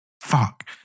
Fuck